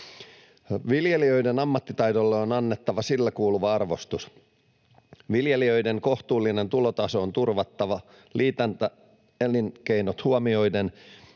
Viljelijöiden ammattitaidolle on annettava sille kuuluva arvostus. Viljelijöiden kohtuullinen tulotaso on turvattava liitännäiselinkeinot huomioiden,